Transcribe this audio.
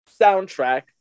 soundtrack